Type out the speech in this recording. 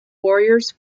warriors